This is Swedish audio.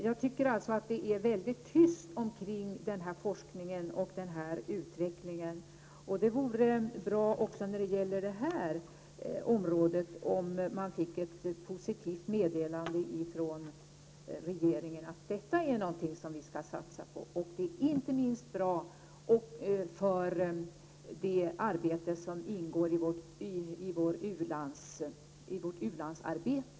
Jag tycker alltså att det är mycket tyst omkring den här forskningen och utvecklingen, och det vore bra om vi också på det här området fick ett positivt meddelande från regeringen om att detta är någonting som man skall satsa på. Det är inte minst bra för det arbete som ingår i Sveriges u-landsarbete.